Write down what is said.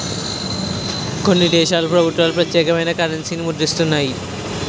కొన్ని దేశాల ప్రభుత్వాలు ప్రత్యేకమైన కరెన్సీని ముద్రిస్తుంటాయి